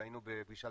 והיינו בפגישה,